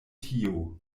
tio